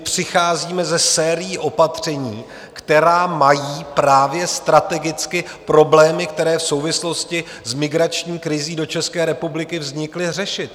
Přicházíme se sérií opatření, která mají právě strategicky problémy, které v souvislosti s migrační krizí do České republiky vznikly, řešit.